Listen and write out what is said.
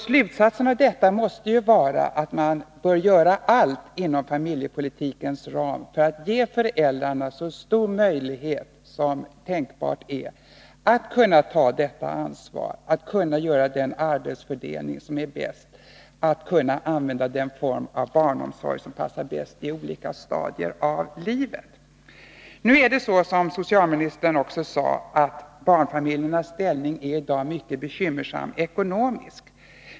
Slutsatsen av detta måste vara att man bör göra allt inom familjepolitikens ram för att ge föräldrarna så stor möjlighet som tänkbart är att kunna ta detta ansvar, att kunna göra den arbetsfördelning som är bäst, att kunna använda den form av barnomsorg som passar bäst i olika stadier av livet. Som socialministern också sade är barnfamiljernas ställning i dag mycket bekymmersam ekonomiskt.